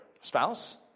spouse